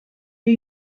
new